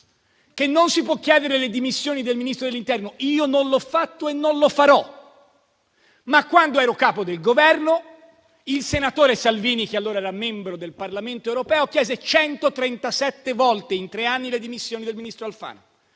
non si possono chiedere le dimissioni del Ministro dell'interno: io non l'ho fatto e non lo farò, ma, quando ero capo del Governo, il senatore Salvini, che allora era membro del Parlamento europeo, chiese 137 volte in tre anni le dimissioni del ministro Alfano.